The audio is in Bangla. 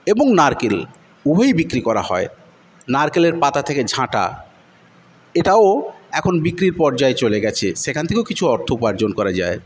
এবং নারকেল উভয়ই বিক্রি করা হয় নারকেলের পাতা থেকে ঝাঁটা এটাও এখন বিক্রির পর্যায়ে চলে গেছে সেখান থেকেও কিছু অর্থ উপার্জন করা যায়